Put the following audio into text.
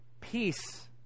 peace